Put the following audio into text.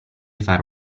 fare